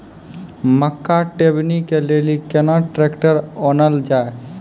मक्का टेबनी के लेली केना ट्रैक्टर ओनल जाय?